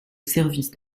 service